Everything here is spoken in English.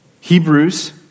Hebrews